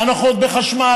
הנחות בחשמל,